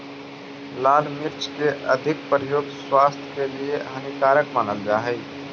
लाल मिर्च के अधिक प्रयोग स्वास्थ्य के लिए हानिकारक मानल जा हइ